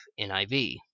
NIV